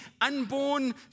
unborn